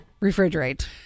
refrigerate